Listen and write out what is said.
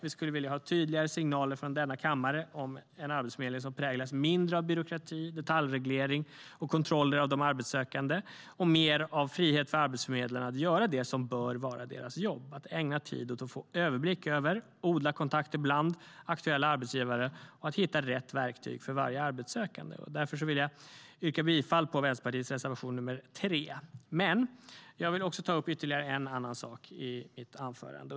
Vi skulle vilja ha tydligare signaler från denna kammare om en arbetsförmedling som präglas mindre av byråkrati, detaljreglering och kontroller av de arbetssökande och mer av frihet för arbetsförmedlare att göra det som bör vara deras jobb, att ägna tid åt att få överblick över och odla kontakter bland aktuella arbetsgivare och hitta rätt verktyg för varje arbetssökande. Men jag vill ta upp ytterligare en annan sak i mitt anförande.